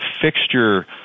fixture